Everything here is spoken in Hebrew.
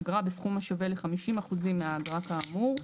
אגרה בסכום השווה לחמישים אחוזים מהאגרה כאמור.